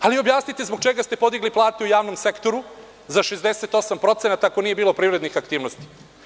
Hajde objasnite zbog čega ste podigli plate u javnom sektoru za 68% ako nije bilo privrednih aktivnosti?